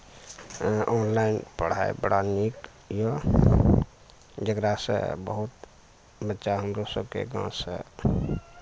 ऐं ऑनलाइन पढ़ाइ बड़ा नीक यऽ जेकरा सऽ बहुत बच्चा हमरो सबके गाँवसँ